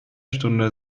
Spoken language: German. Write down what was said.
stunde